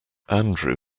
andrew